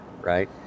right